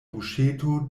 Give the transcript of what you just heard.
buŝeto